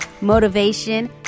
motivation